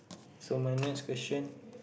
so minus question